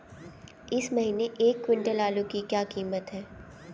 इस महीने एक क्विंटल आलू की क्या कीमत है?